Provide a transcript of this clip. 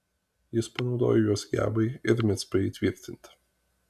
jis panaudojo juos gebai ir micpai įtvirtinti